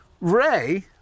Ray